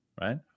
right